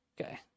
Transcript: okay